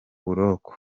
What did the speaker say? buroko